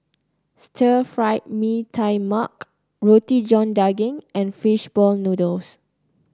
Stir Fried Mee Tai Mak Roti John Daging and fish ball noodles